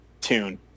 tune